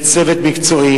יש צוות מקצועי.